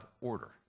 order